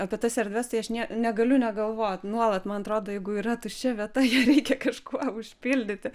apie tas erdves tai aš negaliu negalvot nuolat man atrodo jeigu yra tuščia vieta ją reikia kažkuo užpildyti